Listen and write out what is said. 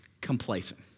complacent